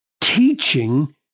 teaching